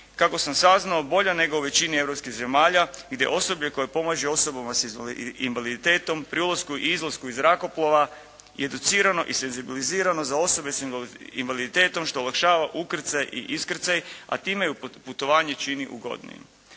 kako sam saznao bolja nego u većini europskih zemalja gdje osobe koje pomažu osobama s invaliditetom pri ulasku i izlasku iz zrakoplova educirano i senzibilizirano za osobe s invaliditetom što olakšava ukrcaj i iskrcaj a time i putovanje čini ugodnijim.